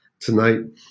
Tonight